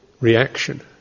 reaction